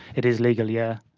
it is legal, yeah